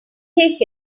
take